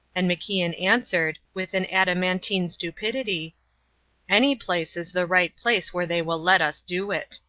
and macian answered, with an adamantine stupidity any place is the right place where they will let us do it.